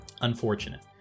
Unfortunate